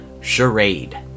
charade